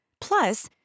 Plus